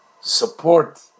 support